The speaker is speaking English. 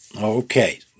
Okay